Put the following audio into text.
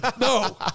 No